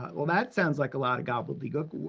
well that sounds like a lot of gobbledygook,